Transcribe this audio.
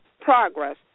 progress